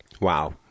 Wow